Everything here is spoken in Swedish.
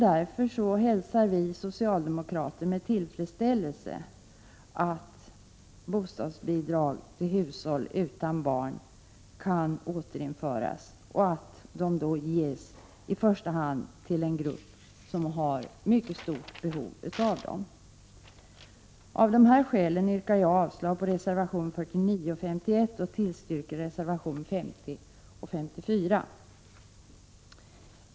Därför hälsar vi socialdemokrater 51 med tillfredsställelse att bostadsbidrag till hushåll utan barn kan återinföras och att de ges till en grupp som har mycket stort behov av dem. Av dessa skäl yrkar jag avslag på reservationerna 49 och 51 och tillstyrker reservationerna 50 och 54.